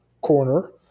corner